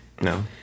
No